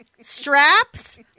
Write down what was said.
straps